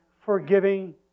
forgiving